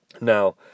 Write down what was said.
now